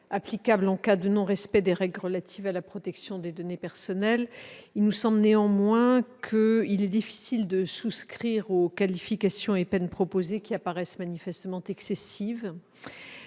applicables en cas de non-respect des règles relatives à la protection des données personnelles. Il nous semble néanmoins difficile de souscrire aux qualifications et peines proposées, qui apparaissent manifestement excessives.